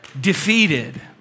defeated